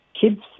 kids